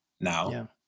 now